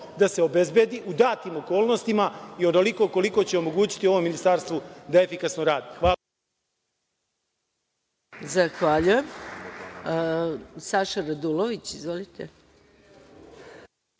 da se obezbedi u datim okolnostima i onoliko koliko će omogućiti ovom ministarstvu da efikasno radi. Hvala.